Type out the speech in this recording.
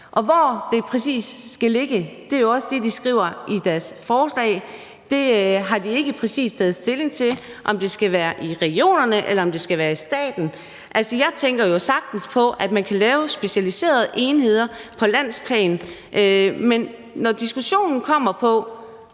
Hvor det præcis skal ligge, og det er jo også det, de skriver i deres forslag, har de ikke taget stilling til, altså om det skal være i regionerne, eller det skal være i staten. Jeg tænker jo, at man sagtens kan lave specialiserede enheder på landsplan. Men når diskussionen kommer ind